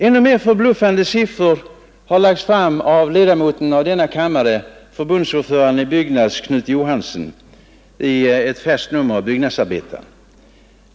Ännu mer förbluffande siffror har lagts fram av ledamoten av denna kammare, förbundsordföranden i Byggnads Knut Johansson, i ett färskt nummer av tidningen Byggnadsarbetaren.